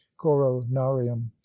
coronarium